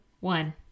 One